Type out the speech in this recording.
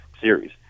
series